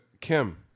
Kim